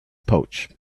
pouch